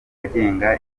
agenga